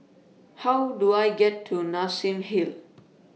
How Do I get to Nassim Hill